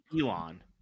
Elon